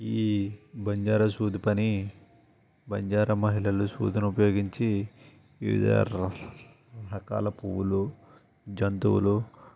ఈ బంజారా సూది పని బంజారా మహిళలు సూదిని ఉపయోగించి వివిధ ర రకాల పువ్వులు జంతువులు